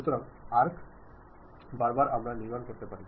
সুতরাং আর্ক বরাবর আমরা নির্মাণ করতে পারি